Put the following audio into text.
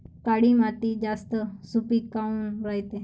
काळी माती जास्त सुपीक काऊन रायते?